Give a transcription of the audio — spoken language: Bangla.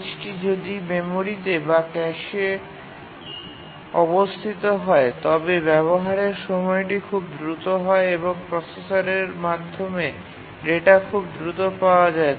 পেজটি যদি মেমরিতে বা ক্যাশে অবস্থিত হয় তবে ব্যাবহারের সময়টি খুব দ্রুত হয় এবং প্রসেসরের মাধ্যমে ডেটা খুব দ্রুত পাওয়া যায়